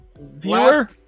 viewer